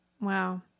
Wow